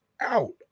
out